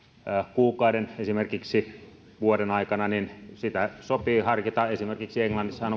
kuukauden esimerkiksi vuoden aikana niin sitä sopii harkita esimerkiksi englannissahan